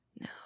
no